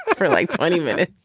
for like twenty minutes.